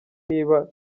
niba